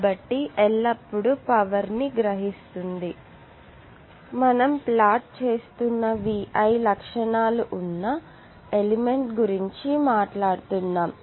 కాబట్టి ఎల్లప్పుడూ పవర్ ని గ్రహిస్తుంది మనం ప్లాట్ చేస్తున్న VI లక్షణాలు ఉన్న ఎలిమెంట్ గురించి మాట్లాడుతున్నాము